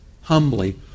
humbly